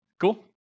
Cool